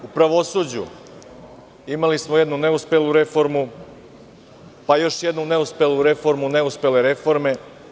U pravosuđu smo imali jednu neuspelu reformu, pa još jednu neuspelu reformu neuspele reforme.